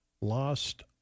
lost